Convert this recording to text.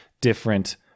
different